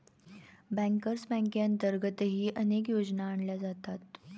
bankers बँकेअंतर्गतही अनेक योजना आणल्या जातात